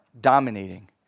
dominating